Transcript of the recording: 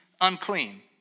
unclean